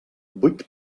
vuit